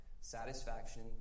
satisfaction